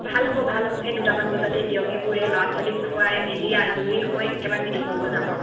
ভাল হ'ব ভাল হ'ব সেই দুটামান বজাতেই দিয়ক এইবোৰ এই ল'ৰা ছোৱালী খোৱাই মেলি আজৰি হৈ একবাৰে মিটিং কৰিব যাম আৰু